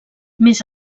més